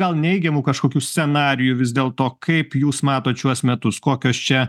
gal neigiamų kažkokių scenarijų vis dėlto kaip jūs matot šiuos metus kokios čia